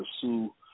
pursue